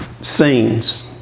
scenes